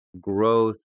growth